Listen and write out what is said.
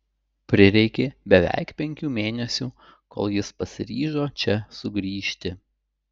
prireikė beveik penkių mėnesių kol jis pasiryžo čia sugrįžti